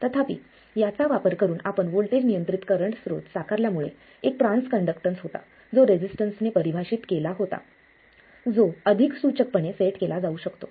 तथापि याचा वापर करून आपण व्होल्टेज नियंत्रित करंट स्त्रोत साकारल्या मुळे एक ट्रान्स कंडक्टन्स होता जो रेसिस्टन्सने परिभाषित केला होता जो अधिक अचूकपणे सेट केला जाऊ शकतो